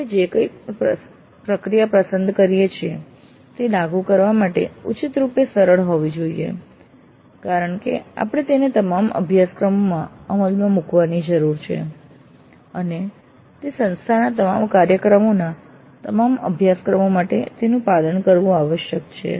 આપણે જે પણ પ્રક્રિયા પસંદ કરીએ છીએ તે લાગુ કરવા માટે ઉચિત રૂપે સરળ હોવી જોઈએ કારણ કે આપણે તેને તમામ અભ્યાસક્રમોમાં અમલમાં મૂકવાની જરૂર છે અને સંસ્થાના તમામ કાર્યક્રમોના તમામ અભ્યાસક્રમો માટે તેનું પાલન કરવું આવશ્યક છે